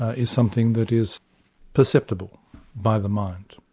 ah is something that is perceptible by the mind.